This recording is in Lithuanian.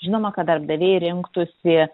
žinoma kad darbdaviai rinktųsi